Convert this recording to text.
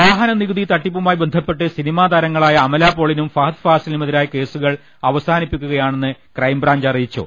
വാഹന നികുതി തട്ടിപ്പുമായി ബന്ധപ്പെട്ട് സിനിമാ താരങ്ങളായു അമലാ പോളിനും ഫഹദ് ഫാസിലിനും എതിരായ കേസുകൾ അവസാനിപ്പിക്കുകയാണെന്ന് ക്രൈംബ്രാഞ്ച് അറിയിച്ചു